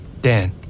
Dan